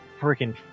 freaking